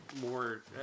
more